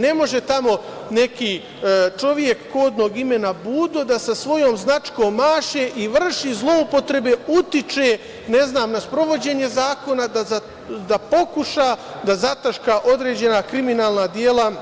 Ne može tamo neki čovek kodnog imena Budo da sa svojom značkom maše i vrši zloupotrebe, utiče na sprovođenje zakona da pokuša da zataška određena kriminalna dela